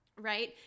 right